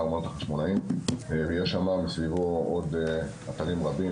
יש שם מסביבו עוד אתרים רבים,